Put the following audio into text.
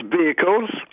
vehicles